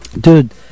Dude